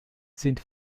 sind